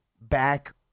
back